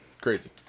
Crazy